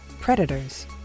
Predators